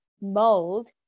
mold